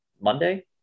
Monday